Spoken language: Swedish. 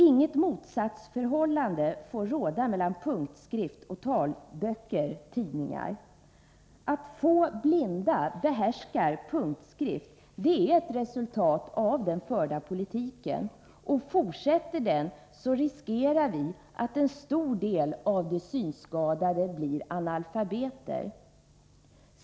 Inget motsatsförhållande får råda mellan å ena sidan punktskrift och å andra sidan talböcker och taltidningar. Att få blinda behärskar punktskrift är ett resultat av den förda politiken. Fortsätter den riskerar vi att en stor del av de synskadade blir analfabeter.